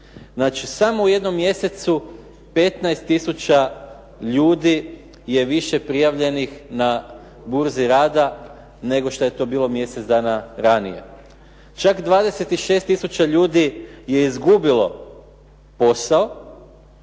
Znači samo u jednom mjesecu 15 tisuća ljudi je više prijavljenih na burzi rada, nego šta je to bilo mjesec dana ranije. Čak 26 tisuća ljudi je izgubilo posao,